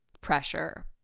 pressure